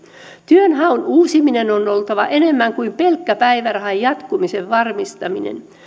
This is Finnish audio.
työnhaun uusimisen on oltava enemmän kuin pelkkä päivärahan jatkumisen varmistaminen